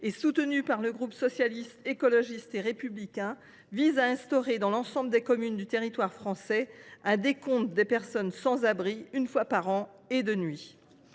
le soutien du groupe Socialiste, Écologiste et Républicain, vise à mettre en place dans l’ensemble des communes du territoire français un décompte des personnes sans abri, une fois par an et de nuit.